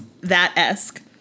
that-esque